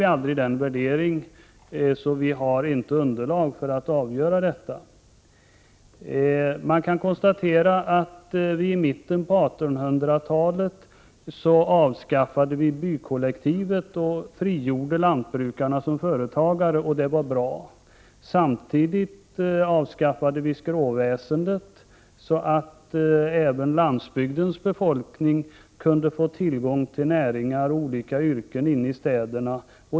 Nu gjordes aldrig utvärderingen, så det finns inte underlag för att avgöra detta. I mitten av 1800-talet avskaffades bykollektivet, och lantbrukarna frigjordes som företagare. Det var bra. Samtidigt avskaffades skråväsendet, så att även landsbygdens befolkning kunde få tillgång till näringar och olika yrken i städerna.